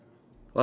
what